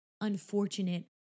unfortunate